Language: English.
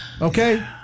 Okay